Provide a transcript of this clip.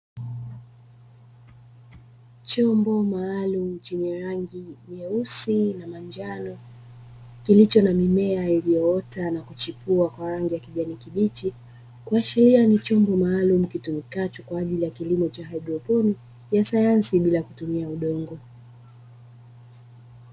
Chombo maalumu chenye rangi nyeusi na manjano kilicho na mimea iliyoota na kuchipuwa kwa rangi ya kijani kibichi, kuashiria ni chombo maalumu kitumikacho kwa ajili ya kilimo cha haidroponi ya sayansi bila kutumia udongo.